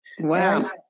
wow